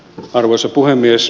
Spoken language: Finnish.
arvoisa puhemies